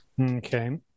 Okay